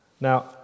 Now